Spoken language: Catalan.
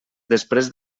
després